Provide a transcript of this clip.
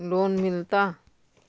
Loan मिलता?